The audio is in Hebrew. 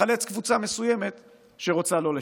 לחלץ קבוצה מסוימת שרוצה לא לשרת.